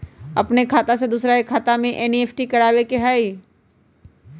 अपन खाते से दूसरा के खाता में एन.ई.एफ.टी करवावे के हई?